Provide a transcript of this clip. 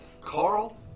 Carl